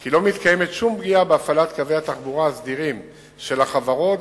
כי לא מתקיימת שום פגיעה בהפעלת קווי התחבורה הסדירים של החברות,